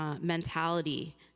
mentality